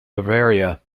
bavaria